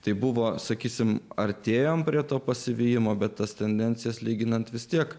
tai buvo sakysime artėjome prie to pasivijimo bet tas tendencijas lyginant vis tiek